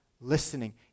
listening